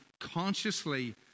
consciously